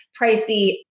pricey